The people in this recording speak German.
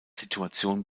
situation